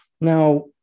Now